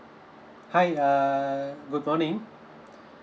hi err good morning